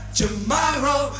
tomorrow